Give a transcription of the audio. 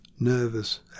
Nervous